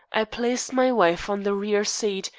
i placed my wife on the rear seat,